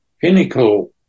pinnacle